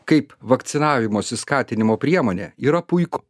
kaip vakcinavimosi skatinimo priemonė yra puik